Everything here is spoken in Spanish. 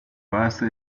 base